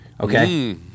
Okay